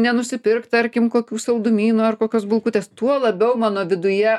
nenusipirkt tarkim kokių saldumynų ar kokios bulkutės tuo labiau mano viduje